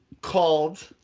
called